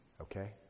Okay